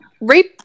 rape